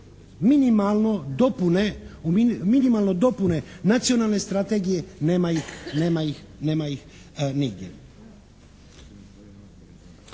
minimalno dopune Nacionalne strategije nema ih nigdje.